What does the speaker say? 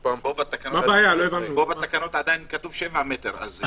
בתקנות כתוב 7 מטר.